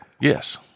Yes